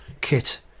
kit